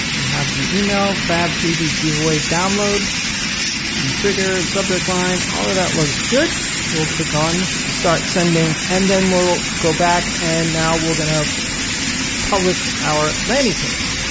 you have the email fab freebie giveaway download and the trigger, the subject line, all of that looks good. so we'll click on, start sending, and then we'll go back and now we're going to publish our landing page.